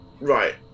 Right